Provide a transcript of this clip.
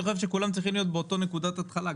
אני פשוט חושב שכולם צריכים להיות באותה נקודת התחלה.